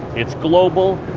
it's global,